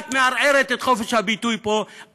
את מערערת את חופש הביטוי פה.